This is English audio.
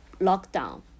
lockdown